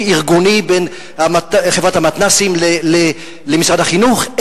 ארגוני בין חברת המתנ"סים למשרד החינוך,